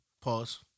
Pause